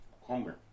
Homer